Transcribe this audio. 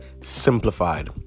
simplified